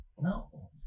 No